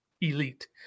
elite